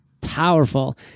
Powerful